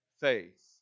faith